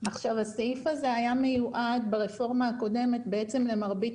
הסעיף הזה היה מיועד ברפורמה הקודמת למרבית